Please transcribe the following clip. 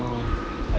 oh